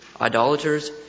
idolaters